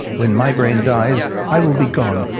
when my brain dies, i will be gone,